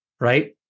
Right